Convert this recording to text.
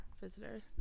visitors